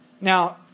Now